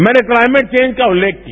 मैने climate change का उल्लेख किया